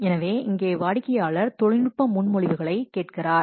எனவே இங்கே வாடிக்கையாளர் தொழில்நுட்ப முன்மொழிவுகளைக் கேட்கிறார்